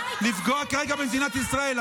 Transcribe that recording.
לפגוע כרגע במדינת ישראל,